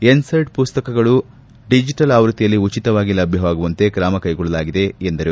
NCERT ಪಠ್ಲಪುಸ್ತಕಗಳು digital ಆವೃತ್ತಿಯಲ್ಲಿ ಉಚಿತವಾಗಿ ಲಭ್ಞವಾಗುವಂತೆ ಕ್ರಮ ಕೈಗೊಳ್ಳಲಾಗಿದೆ ಎಂದರು